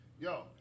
Yo